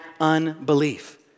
unbelief